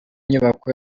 nyubako